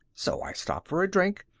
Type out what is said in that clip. so i stopped for a drink,